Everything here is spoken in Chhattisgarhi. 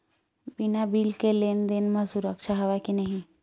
बिना बिल के लेन देन म सुरक्षा हवय के नहीं?